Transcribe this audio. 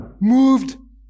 moved